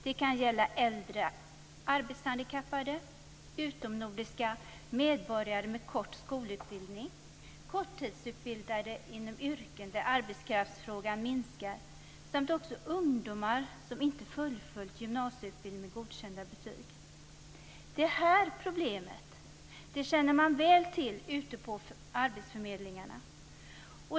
Det kan gälla äldre arbetshandikappade, utomnordiska medborgare med kort skolutbildning, korttidsutbildade inom yrken där arbetskraftsfrågan minskar samt också ungdomar som inte fullföljt gymnasieutbildningen med godkända betyg. Detta problem känner man väl till ute på arbetsförmedlingarna.